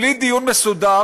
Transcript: בלי דיון מסודר,